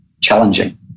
challenging